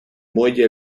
muelle